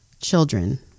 children